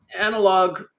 analog